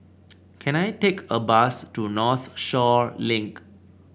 can I take a bus to Northshore Link